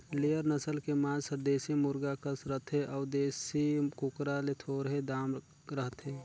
layer नसल के मांस हर देसी मुरगा कस रथे अउ देसी कुकरा ले थोरहें दाम रहथे